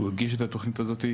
הוא הגיש את התכנית הזאת,